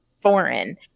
foreign